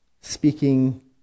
Speaking